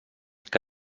que